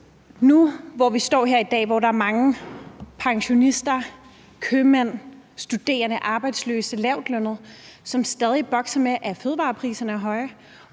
Nu, hvor vi står her i dag, og hvor der er mange pensionister, købmænd, studerende, arbejdsløse, lavtlønnede, som stadig bokser med, at fødevarepriserne er høje